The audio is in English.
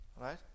right